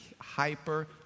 Hyper